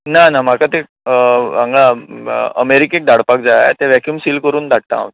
ना ना म्हाका ते हांगा अमेरिकेक धाडपाक जाय तें वैक्यूम सील करून धाडटा हांव